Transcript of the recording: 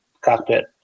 cockpit